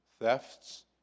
thefts